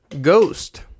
Ghost